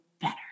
better